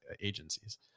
agencies